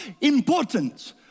important